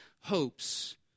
hopes